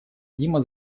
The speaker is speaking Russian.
дима